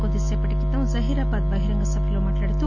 కొద్దిసేపటి క్రితం జహీరాబాద్ బహిరంగ సభలో మాట్లాడుతూ